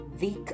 weak